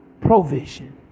provision